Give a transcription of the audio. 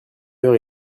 heure